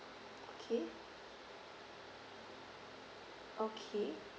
okay okay